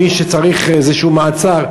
מי שצריך איזשהו מעצר,